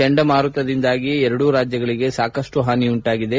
ಚಂಡಮಾರುತದಿಂದಾಗಿ ಎರಡೂ ರಾಜ್ಯಗಳಿಗೆ ಸಾಕಷ್ಟು ಹಾನಿಯುಂಟಾಗಿದೆ